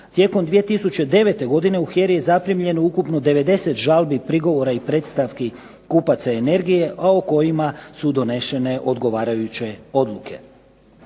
Tijekom 2009. godine u HERA-i je zaprimljeno ukupno 90 žalbi, prigovora i predstavki kupaca energije, a o kojima su donešene odgovarajuće odluke.